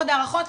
עוד הערכות,